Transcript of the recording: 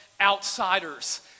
outsiders